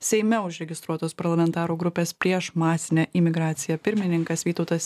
seime užregistruotos parlamentarų grupės prieš masinę imigraciją pirmininkas vytautas